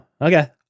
okay